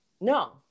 No